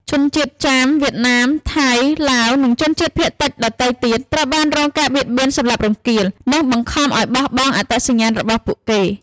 ជនជាតិចាម វៀតណាម ថៃ ឡាវ និងជនជាតិភាគតិចដទៃទៀត ត្រូវបានរងការបៀតបៀន សម្លាប់រង្គាល និងបង្ខំឱ្យបោះបង់អត្តសញ្ញាណរបស់ពួកគេ។